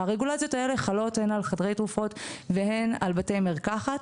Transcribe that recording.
הרגולציות האלה חלות הן על חדרי תרופות והן על בתי מרקחת.